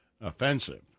offensive